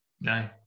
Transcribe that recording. No